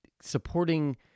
supporting